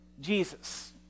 Jesus